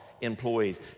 employees